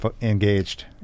engaged